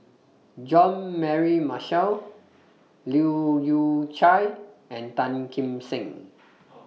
Jean Mary Marshall Leu Yew Chye and Tan Kim Seng